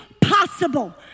possible